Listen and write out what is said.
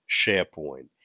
SharePoint